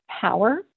power